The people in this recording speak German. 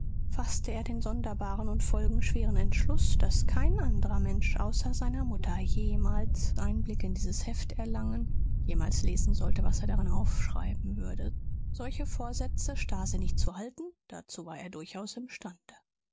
faßte er den sonderbaren und folgenschweren entschluß daß kein andrer mensch außer seiner mutter jemals einblick in dieses heft erlangen jemals lesen sollte was er darin aufschreiben würde solche vorsätze starrsinnig zu halten dazu war er durchaus imstande